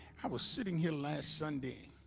i was sitting here last sunday